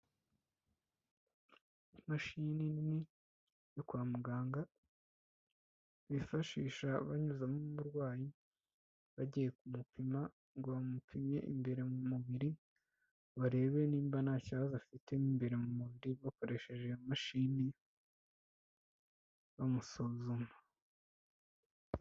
Imashini nini yo kwa muganga bifashisha banyuzamo umurwayi bagiye kumupima ngo bamupime imbere mu mubiri barebe nimba nta kibazo afite imbere mu mubiri bakoresheje iyo mashini bamusuzuma.